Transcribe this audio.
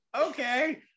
Okay